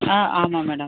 ஆ ஆமாம் மேடம்